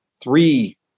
three